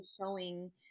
showing